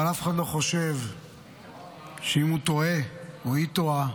אבל אף אחד לא חושב שאם הוא טועה או היא טועה,